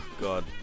God